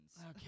Okay